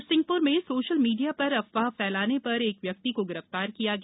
नरसिंहपुर में social media पर अफवाह फैलाने पर एक व्यक्ति को गिरफ्तार किया गया